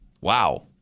wow